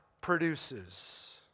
produces